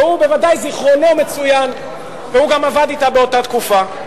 והוא בוודאי זיכרונו מצוין והוא גם עבד אתה באותה תקופה.